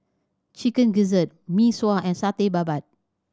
Chicken Gizzard Mee Sua and Satay Babat